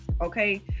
okay